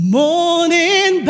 morning